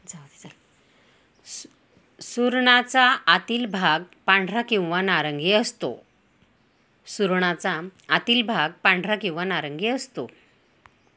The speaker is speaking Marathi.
सुरणाचा आतील भाग पांढरा किंवा नारंगी असतो